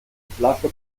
flasche